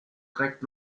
trägt